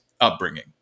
upbringing